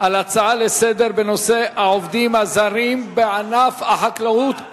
על הצעה לסדר-היום בנושא: העובדים הזרים בענף החקלאות.